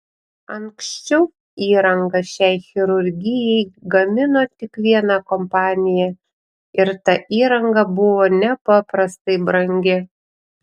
anksčiau įrangą šiai chirurgijai gamino tik viena kompanija ir ta įranga buvo nepaprastai brangi